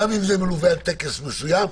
גם אם זה מלווה בטקס מסוים,